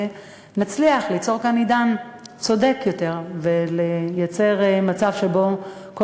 ונצליח ליצור כאן עידן צודק יותר ולייצר מצב שבו כל